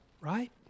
right